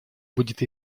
будет